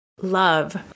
Love